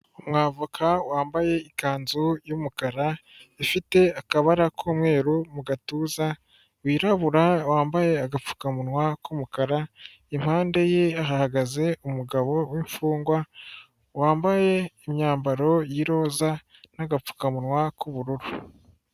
Umwavoka wambaye ikanzu y'umukara ifite akabara k'umweru mu gatuza, wirabura wambaye agapfukamunwa k'umukara, impande ye hahagaze umugabo w'imfungwa wambaye imyambaro y'iroza n'agapfukamunwa k'ubururu.